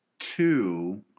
two